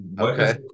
Okay